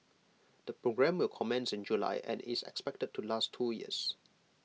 the programme will commence in July and is expected to last two years